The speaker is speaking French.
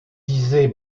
disait